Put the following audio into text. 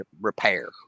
repair